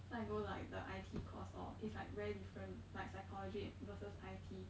so I go like the I_T course lor it's like very different like psychology versus I_T